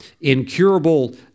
incurable